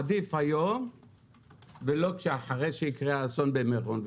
עדיף היום ולא אחרי שיקרה אסון.